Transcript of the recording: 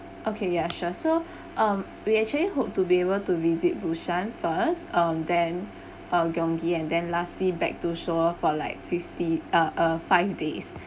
okay ya sure so um we actually hope to be able to visit busan first um then uh gyeonggi and then lastly back to seoul for like fifty uh uh five days